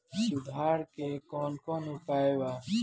सुधार के कौन कौन उपाय वा?